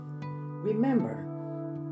Remember